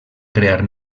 crear